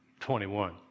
21